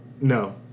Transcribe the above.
No